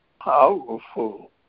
powerful